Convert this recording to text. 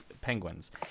Penguins